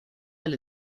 del